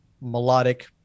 melodic